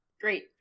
Great